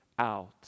out